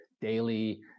daily